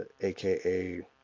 aka